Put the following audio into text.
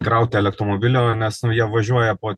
krauti elektromobilio nes jie važiuoja po